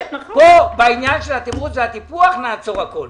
בעניין התמרוץ והטיפוח, נעצור הכול.